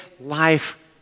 life